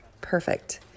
Perfect